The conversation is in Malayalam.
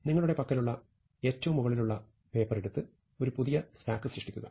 നിങ്ങളുടെ പക്കലുള്ള ഏറ്റവും മുകളിലുള്ള പേപ്പർ എടുത്ത് ഒരു പുതിയ സ്റ്റാക്ക് സൃഷ്ടിക്കുക